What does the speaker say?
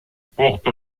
porte